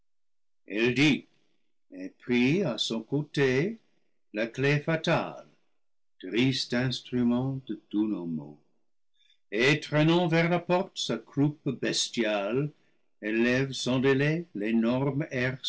et prit à son côté la clef fatale triste instrumentée tous nos maux et traînant vers la porte sa croupe bestiale elle lève sans délai l'énorme